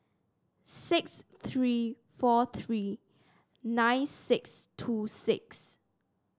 six three four three nine six two six